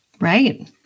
Right